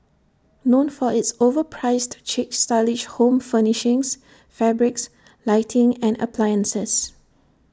known for its overpriced chic stylish home furnishings fabrics lighting and appliances